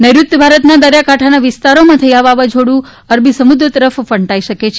નૈઋત્ય ભારતના દરિયાકાંઠાના વિસ્તારોમાં થઇને આ વાવાઝોડું અરબી સમુદ્ર તરફ ફંટાઇ શકે છે